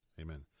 Amen